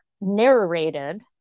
narrated